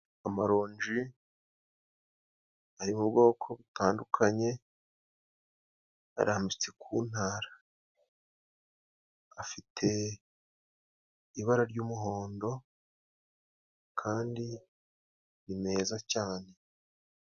Amaronji ari mu bwoko butandukanye arambitse ku ntara, afite ibara ry'umuhondo kandi ni meza cane.